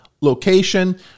location